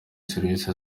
serivisi